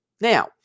Now